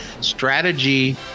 strategy